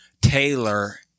Taylor